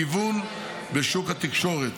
גיוון בשוק התקשורת,